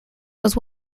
was